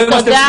תודה.